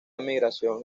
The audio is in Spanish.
migración